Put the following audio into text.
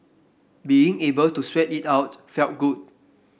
being able to sweat it out felt good